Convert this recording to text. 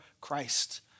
Christ